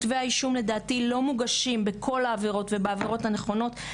כתבי האישום לדעתי לא מוגשים בכל העבירות ובעבירות הנכונות.